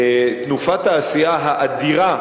תנופת העשייה האדירה,